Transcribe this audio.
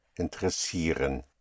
interessieren